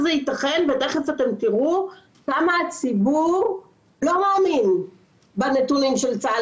איך זה ייתכן כמה הציבור לא מאמין בנתונים של צה"ל